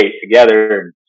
together